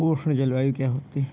उष्ण जलवायु क्या होती है?